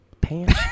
pants